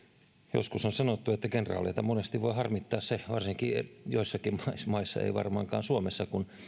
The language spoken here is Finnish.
joskus on sanottu että kenraaleita monesti voi harmittaa se varsinkin joissakin maissa ei varmaankaan suomessa kun